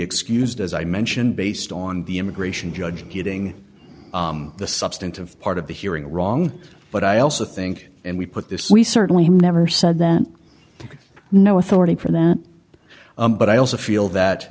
excused as i mentioned based on the immigration judge getting the substantive part of the hearing wrong but i also think and we put this we certainly never said that no authority for that but i also feel